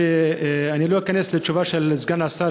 אני לא אכנס לתשובה של סגן השר.